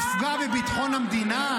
נפגע בביטחון המדינה?